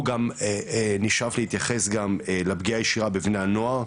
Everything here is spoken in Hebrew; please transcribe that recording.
אנחנו גם נשאף להתייחס לפגיעה הישירה בבני-הנוער.